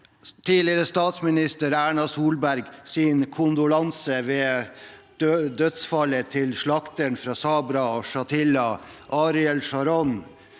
tidligere statsminister Erna Solbergs kondolanse i forbindelse med dødsfallet til slakteren fra Sabra og Shatila, Ariel Sharon,